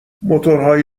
موتورهای